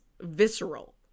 visceral